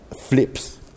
flips